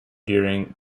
during